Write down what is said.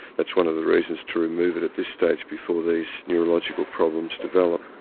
that's one of the reasons to remove it at this stage before these neurological problems develop.